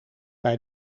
bij